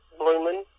blooming